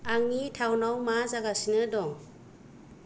आंनि टाउन आव मा जागासिनो दं